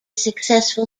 successful